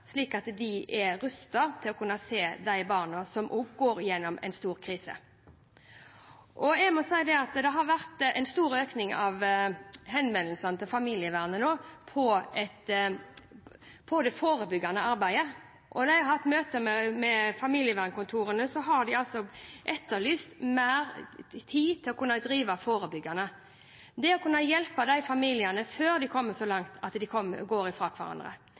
er rustet til å kunne se barna, som også går igjennom en stor krise. Det har vært en stor økning i antallet henvendelser til familievernet når det gjelder det forebyggende arbeidet. Når jeg har hatt møter med familievernkontor, har de etterlyst mer tid til å kunne drive forebyggende og hjelpe familiene før det går så langt at foreldrene går fra hverandre.